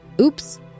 Oops